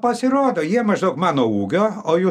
pasirodo jie maždaug mano ūgio o jų